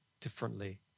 differently